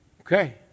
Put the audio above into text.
Okay